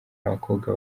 abakobwa